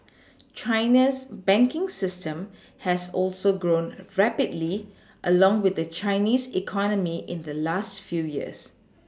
China's banking system has also grown rapidly along with the Chinese economy in the last few years